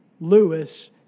Lewis